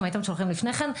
אם הייתם שולחים לפני כן,